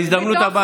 בהזדמנות הבאה.